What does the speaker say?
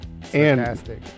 fantastic